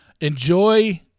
Enjoy